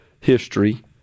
history